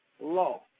law